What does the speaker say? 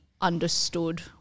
understood